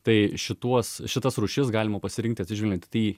tai šituos šitas rūšis galima pasirinkti atsižvelgiant į